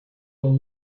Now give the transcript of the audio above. all